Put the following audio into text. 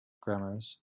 grammars